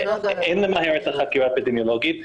ולכן אין למהר את החקירה האפידמיולוגית.